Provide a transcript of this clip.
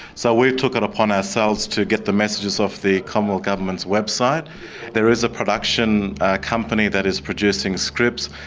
so we took it upon ourselves to get the messages of the commonwealth government's website there is a production company that is producing scripts,